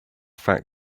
fact